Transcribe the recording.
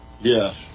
Yes